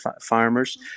farmers